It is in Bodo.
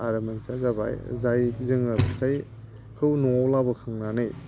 आरो मोनसेया जाबाय जाय जोङो माइखौ न'आव लाबोखांनानै